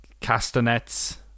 castanets